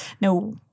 no